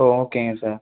ஓ ஓகேங்க சார்